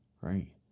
Right